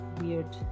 weird